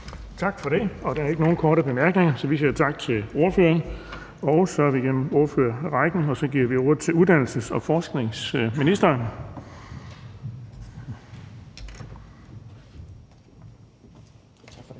Bonnesen): Der er ikke nogen korte bemærkninger, så vi siger tak til ordføreren. Og så er vi igennem ordførerrækken, så vi giver ordet til uddannelses- og forskningsministeren.